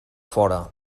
fora